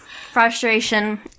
frustration